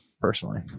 personally